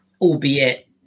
albeit